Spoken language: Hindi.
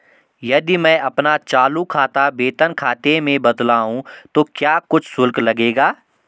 यदि मैं अपना चालू खाता वेतन खाते में बदलवाऊँ तो क्या कुछ शुल्क लगेगा?